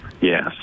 Yes